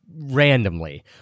randomly